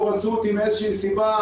לא רצו אותי מאיזושהי סיבה,